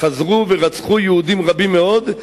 חזרו ורצחו יהודים רבים מאוד,